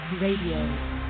Radio